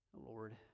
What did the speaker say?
Lord